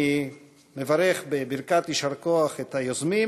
אני מברך בברכת יישר כוח את היוזמים